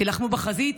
תילחמו בחזית,